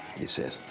he says,